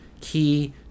key